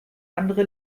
andere